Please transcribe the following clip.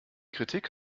kritik